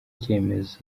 cyemezo